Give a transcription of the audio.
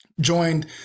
joined